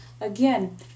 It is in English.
again